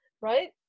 right